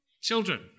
Children